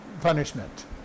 punishment